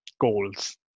goals